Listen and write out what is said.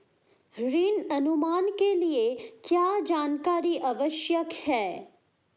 ऋण अनुमान के लिए क्या जानकारी आवश्यक है?